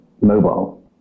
mobile